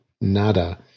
nada